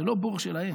זה לא בור שלהם.